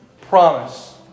promise